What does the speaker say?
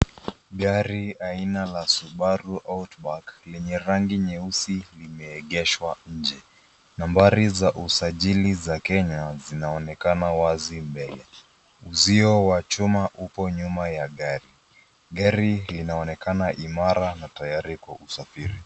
Gari aina la Subaru Outback lenye rangi nyeusi limeegeshwa nje. Nambari za usajili za Kenya zinaonekana wazi mbele. Uzio wa chuma upo nyuma ya gari. Gari linaonekana imara na tayari kwa usafiri.